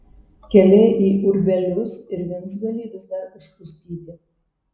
keliai į urbelius ir vincgalį vis dar užpustyti